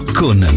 con